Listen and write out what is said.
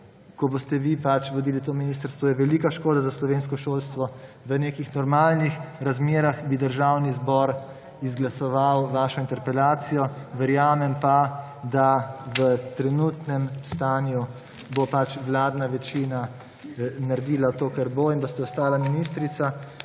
ko boste pač vi vodili to ministrstvo, je velika škoda za slovensko šolstvo. V nekih normalnih razmerah bi Državni zbor izglasoval vašo interpelacijo. Verjamem pa, da v trenutnem stanju bo pač vladna večina naredila to, kar bo, in boste ostali ministrica.